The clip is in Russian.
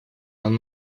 нам